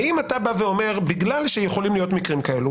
האם אתה אומר שבגלל שיכולים להיות מקרים כאלה,